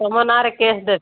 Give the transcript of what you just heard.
ତୁମ ନାଁରେ କେସ ଦେବେ